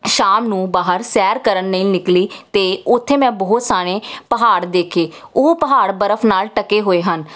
ਸ਼ਾਮ ਨੂੰ ਬਾਹਰ ਸੈਰ ਕਰਨ ਨਹੀਂ ਨਿਕਲੀ ਅਤੇ ਉੱਥੇ ਮੈਂ ਬਹੁਤ ਸਾਰੇ ਪਹਾੜ ਦੇਖੇ ਉਹ ਪਹਾੜ ਬਰਫ ਨਾਲ ਟਕੇ ਹੋਏ ਹਨ